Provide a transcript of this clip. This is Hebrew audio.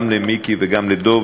גם למיקי וגם לדב,